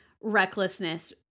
recklessness